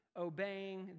obeying